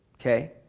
Okay